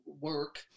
work